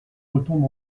retombe